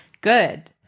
good